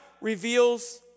reveals